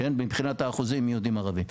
מבחינת האחוזים יהודים-ערבים.